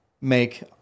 make